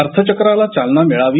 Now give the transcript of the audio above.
अर्थचक्राला चालना मिळावी